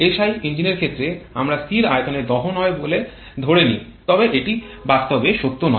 SI ইঞ্জিনের ক্ষেত্রে আমরা স্থির আয়তনে দহন হয় বলে ধরে নিই তবে এটি বাস্তবে সত্য নয়